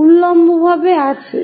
উল্লম্বভাবে আছে